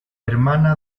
hermana